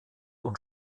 und